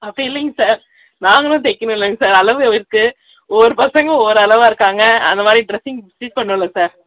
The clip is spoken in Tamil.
அப்படி இல்லைங்க சார் நாங்களும் தைக்கணுங்ள சார் அளவு இருக்கு ஒவ்வொரு பசங்க ஒவ்வொரு அளவாக இருக்காங்க அந்த மாதிரி ட்ரெஸ்ஸிங் ஸ்டிச் பண்ணணும்ல சார்